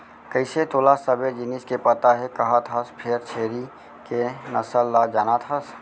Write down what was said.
कइसे तोला सबे जिनिस के पता हे कहत हस फेर छेरी के नसल ल जानत हस?